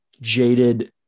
jaded